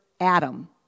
Adam